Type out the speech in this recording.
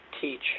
teach